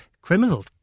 criminal